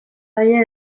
die